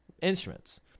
instruments